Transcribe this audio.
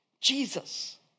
Jesus